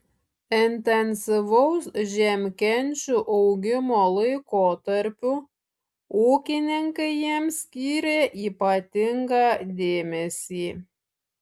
intensyvaus žiemkenčių augimo laikotarpiu ūkininkai jiems skyrė ypatingą dėmesį